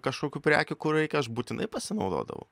kažkokių prekių kur reikia aš būtinai pasinaudodavau